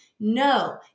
no